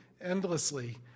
endlessly